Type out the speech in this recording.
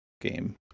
game